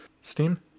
Steam